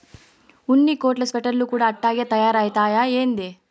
ఉన్ని కోట్లు స్వెటర్లు కూడా అట్టాగే తయారైతయ్యా ఏంది